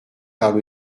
par